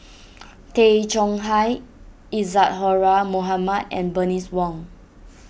Tay Chong Hai Isadhora Mohamed and Bernice Wong